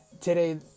today